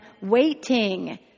waiting